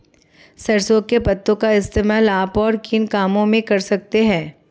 सरसों के पत्तों का इस्तेमाल आप और किन कामों में कर सकते हो?